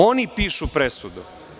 Oni pišu presudu.